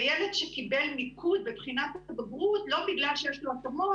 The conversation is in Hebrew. וילד שקיבל מיקוד בבחינת הבגרות לא בגלל שיש לו התאמות,